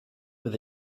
with